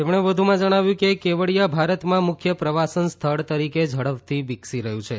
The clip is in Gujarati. તેમણે વધુમાં જણાવ્યું કે કેવડીયા ભારતમાં મુખ્ય પ્રવાસન સ્થળ તરીકે ઝડપથી વિકસી રહયું છે